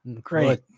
great